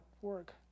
work